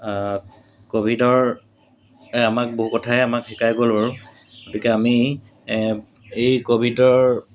ক'ভিডৰ এই আমাক বহু কথাই আমাক শিকাই গ'ল বাৰু গতিকে আমি এই ক'ভিডৰ